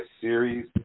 series